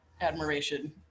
admiration